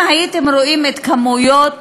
אם הייתם רואים את כמויות